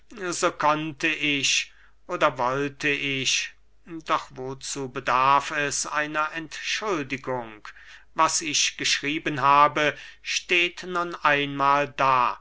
so konnte ich oder wollte ich doch wozu bedarf es einer entschuldigung was ich geschrieben habe steht nun einmahl da